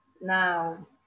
now